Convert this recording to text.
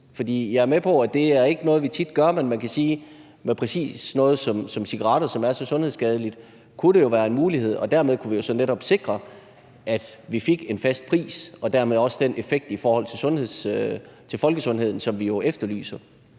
for jeg er med på, at det ikke er noget, vi tit gør, men man kan sige, at præcis med sådan noget som cigaretter, som er så sundhedsskadeligt, kunne det jo være en mulighed, og dermed kunne vi jo så netop sikre, at vi fik en fast pris og dermed også den effekt i forhold til folkesundheden, som vi jo efterlyser.